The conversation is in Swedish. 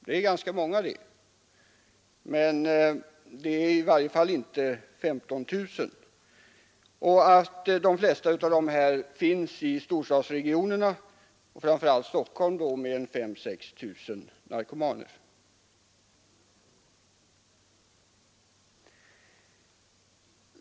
Det är ett ganska stort antal, men det är i varje fall mindre än 15 000. Socialstyrelsen konstaterar vidare att de flesta av narkomanerna finns i storstadsregionerna — framför allt i Stockholm, där man har 5 000—6 000 narkomaner.